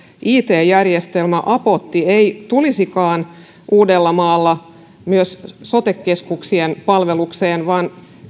it järjestelmä apotti ei tulisikaan uudellamaalla myös sote keskuksien palvelukseen vaan